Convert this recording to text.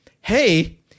hey